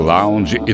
Lounge